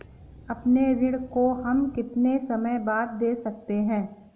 अपने ऋण को हम कितने समय बाद दे सकते हैं?